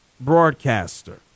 broadcaster